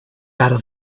cara